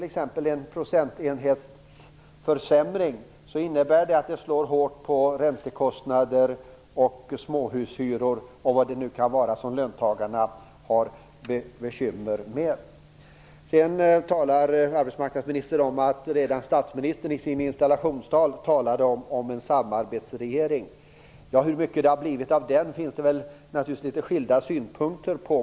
En procentenhets försämring innebär ett hårt slag mot räntekostnader och småhushyror och allt vad löntagarna nu har stora bekymmer med. Arbetsmarknadsministern sade att statsministern redan i sitt installationstal talade om en samarbetsregering. Vad det har blivit av detta finns det naturligtvis skilda synpunkter på.